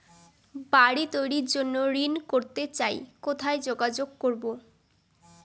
বাড়ি তৈরির জন্য ঋণ করতে চাই কোথায় যোগাযোগ করবো?